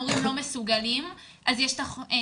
המורים לא מסוגלים אז יש את החונך.